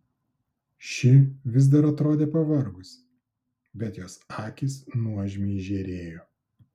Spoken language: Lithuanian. ši vis dar atrodė pavargusi bet jos akys nuožmiai žėrėjo